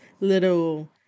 little